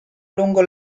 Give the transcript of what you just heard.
lungo